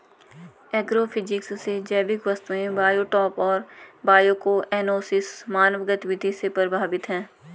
agrophysics से जैविक वस्तुएं बायोटॉप और बायोकोएनोसिस मानव गतिविधि से प्रभावित हैं